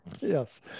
Yes